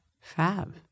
fab